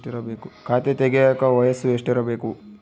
ಖಾತೆ ತೆಗೆಯಕ ವಯಸ್ಸು ಎಷ್ಟಿರಬೇಕು?